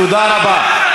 תודה רבה.